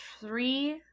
three